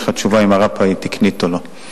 כך שיש לך תשובה אם הרמפה היא תקנית או לא.